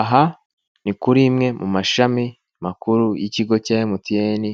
Aha ni kuri imwe mu mashami makuru y'ikigo cya Mtn